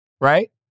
right